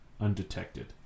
undetected